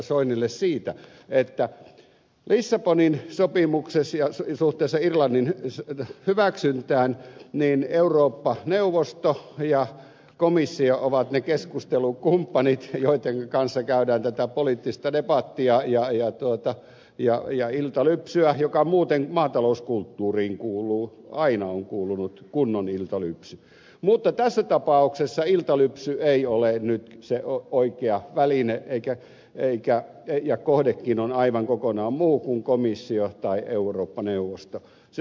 soinille siitä että lissabonin sopimuksen suhteessa irlannin hyväksyntään eurooppa neuvosto ja komissio ovat ne keskustelukumppanit joittenka kanssa käydään tätä poliittista debattia ja iltalypsyä joka muuten maata louskulttuuriin kuuluu aina on kuulunut kunnon iltalypsy mutta tässä tapauksessa iltalypsy ei ole nyt se oikea väline ja kohdekin on aivan kokonaan muu kuin komissio tai eurooppa neuvosto